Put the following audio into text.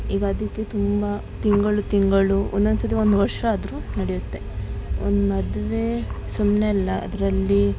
ಈಗ ಅದಕ್ಕೆ ತುಂಬ ತಿಂಗಳು ತಿಂಗಳು ಒಂದೊಂದ್ಸತಿ ಒಂದು ವರ್ಷ ಆದರು ನಡೆಯುತ್ತೆ ಒಂದು ಮದುವೆ ಸುಮ್ಮನೆ ಅಲ್ಲ ಅದರಲ್ಲಿ